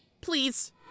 Please